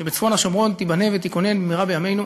שבצפון השומרון, תיבנה ותיכונן במהרה בימינו,